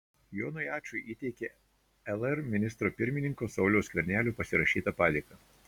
jonui ačui įteikė lr ministro pirmininko sauliaus skvernelio pasirašytą padėką